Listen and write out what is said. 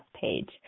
page